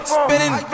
spinning